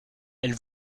elle